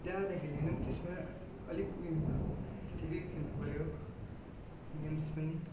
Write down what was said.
ज्यादा खेल्यो भने त्यसमा अलिक उयो हुन्छ ठिकैको खेल्नु पऱ्यो गेम्स पनि